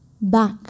back